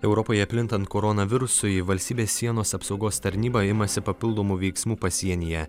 europoje plintant koronavirusui valstybės sienos apsaugos tarnyba imasi papildomų veiksmų pasienyje